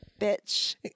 bitch